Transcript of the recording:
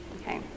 okay